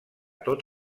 tot